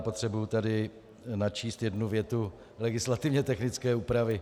Potřebuji tady načíst jednu větu legislativně technické úpravy.